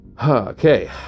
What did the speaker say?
Okay